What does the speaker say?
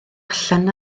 allan